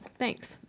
thanks.